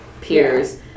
peers